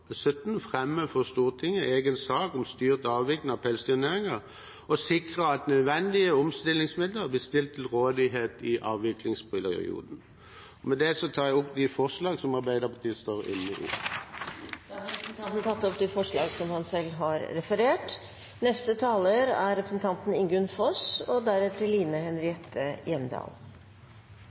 for Stortinget en egen sak om styrt avvikling av pelsdyrnæringen og sikre at nødvendige omstillingsmidler blir stilt til rådighet i avviklingsperioden. Med det tar jeg opp det forslaget som Arbeiderpartiet er med på. Representanten Odd Omland har tatt opp det forslaget han